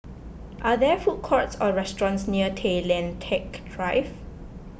are there food courts or restaurants near Tay Lian Teck Drive